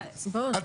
נכון.